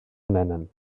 nennen